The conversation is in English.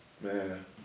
man